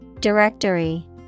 Directory